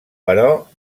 però